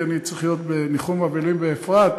כי אני צריך להיות בניחום אבלים באפרת,